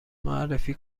معرفی